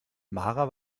mara